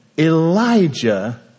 Elijah